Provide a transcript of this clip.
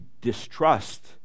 distrust